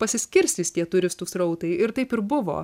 pasiskirstys tie turistų srautai ir taip ir buvo